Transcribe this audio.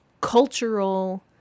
cultural